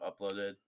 uploaded